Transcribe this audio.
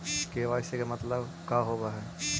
KYC मतलब का होव हइ?